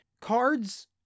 Cards